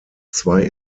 zwei